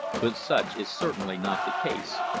but such is certainly not the case,